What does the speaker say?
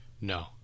No